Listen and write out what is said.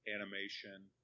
animation